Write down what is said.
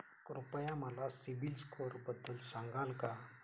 कृपया मला सीबील स्कोअरबद्दल सांगाल का?